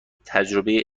تجربه